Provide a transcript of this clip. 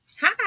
Hi